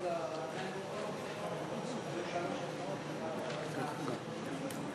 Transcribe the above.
בבקשה, זוהיר.